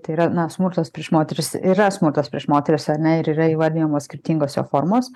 tai yra na smurtas prieš moteris yra smurtas prieš moteris ar ne ir yra įvardijamos skirtingos jo formos